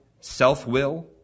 self-will